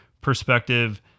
perspective